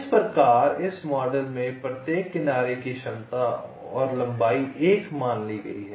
इस प्रकार इस मॉडल में प्रत्येक किनारे की क्षमता और लंबाई 1 मान ली गई है